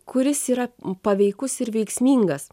kuris yra paveikus ir veiksmingas